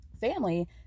family